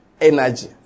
energy